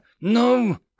No